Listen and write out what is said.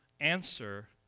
answer